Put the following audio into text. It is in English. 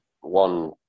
one